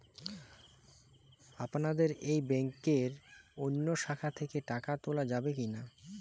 আপনাদের এই ব্যাংকের অন্য শাখা থেকে টাকা তোলা যাবে কি না?